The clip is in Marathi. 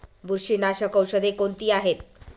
बुरशीनाशक औषधे कोणती आहेत?